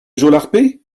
jolarpet